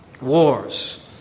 Wars